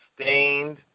stained